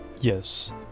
yes